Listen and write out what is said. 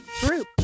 Group